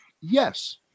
yes